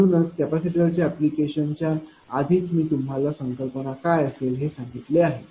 म्हणूनच कॅपॅसिटरच्या ऐप्लकेशन च्या आधीच मी तुम्हाला संकल्पना काय असेल हे सांगितले आहे